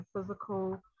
physical